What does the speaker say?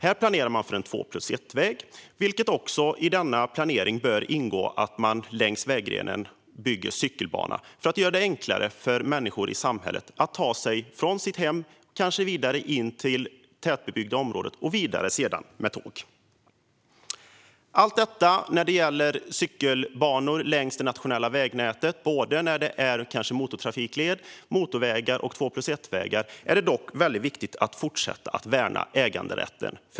Här planerar man för en två-plus-ett-väg där det vid denna planering också bör ingå byggandet av cykelbana utmed vägrenen för att göra det enklare för människor i samhället att ta sig från sitt hem till tätbebyggda områden och sedan kanske åka vidare med tåg. När det gäller cykelbanor längs det nationella vägnätet vid motortrafikled, motorvägar och två-plus-ett-vägar är det dock väldigt viktigt att fortsätta att värna äganderätten.